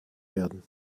werden